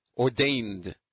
ordained